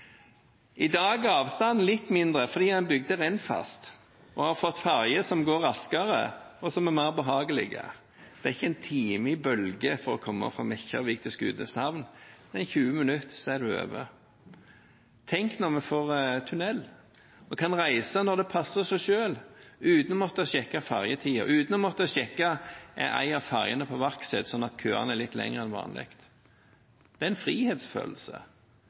I dag er avstanden litt mindre fordi en bygde Rennfast og har fått ferje som går raskere, og som er mer behagelig. Det er ikke en time i bølger for å komme fra Mekjarvik til Skudeneshavn – etter 20 minutter er man over. Tenk når vi får tunnel og kan reise når det passer oss selv, uten å måtte sjekke ferjetider, uten å måtte sjekke om en av ferjene er på verksted, slik at køene er litt lengre enn vanlig. Det er en frihetsfølelse.